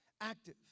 active